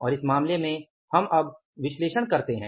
और इस मामले में हम अब विश्लेषण करते हैं